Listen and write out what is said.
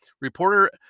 reporter